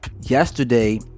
Yesterday